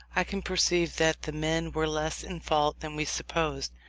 i can perceive that the men were less in fault than we supposed,